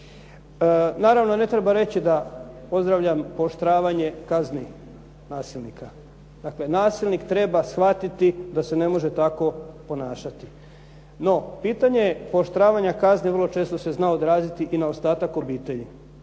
Naravno, ne treba reći da pozdravljam pooštravanje kazni nasilnika. Dakle, nasilnik treba shvatiti da se ne može tako ponašati. No, pitanje pooštravanja kazni vrlo često se zna odraziti i na ostatak obitelji.